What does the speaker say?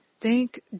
Thank